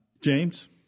James